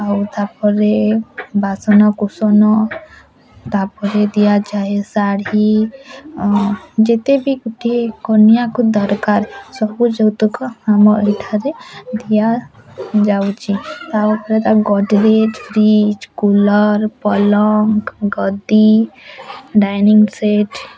ଆଉ ତାପରେ ବାସନକୁସନ ତାପରେ ଦିଆଯାଏ ଶାଢ଼ୀ ଯେତେ ବି ଗୋଟିଏ କନ୍ୟାକୁ ଦରକାର ସବୁ ଯୌତୁକ ଆମ ଏଇଠାରେ ଦିଆ ଯାଉଛି ତା ଉପରେ ଗଡ଼ରେଜ୍ ଫ୍ରିଜ କୁଲର ପଲଙ୍କ ଗଦି ଡାଇନିଙ୍ଗସେଟ